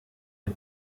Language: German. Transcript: ein